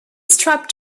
strap